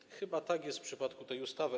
I chyba tak jest w przypadku tej ustawy.